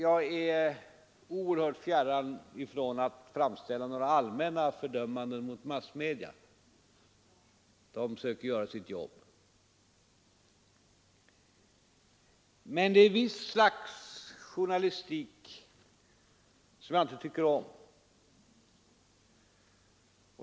Jag är oerhört fjärran ifrån att uttala några allmänna fördömanden av massmedia — de söker göra sitt jobb — men det är ett visst slags journalistik som jag inte tycker om.